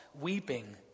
weeping